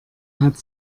hat